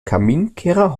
kaminkehrer